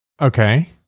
Okay